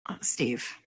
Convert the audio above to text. Steve